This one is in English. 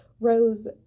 rose